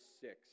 six